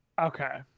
Okay